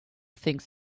things